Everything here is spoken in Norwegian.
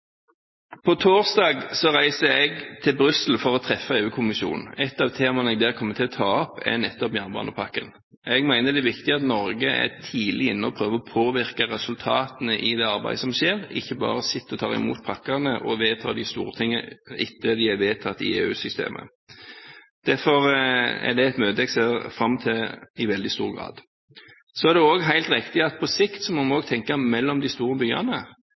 Torsdag reiser jeg til Brussel for å treffe EU-kommisjonen. Et av temaene jeg der kommer til å ta opp, er nettopp jernbanepakken. Jeg mener det er viktig at Norge er tidlig inne og prøver å påvirke resultatene i det arbeidet som skjer, ikke bare sitter og tar imot pakkene og vedtar dem i Stortinget etter at de er vedtatt i EU-systemet. Derfor er det et møte jeg ser fram til i veldig stor grad. Så er det også helt riktig at vi på sikt må tenke på noe mellom de store byene.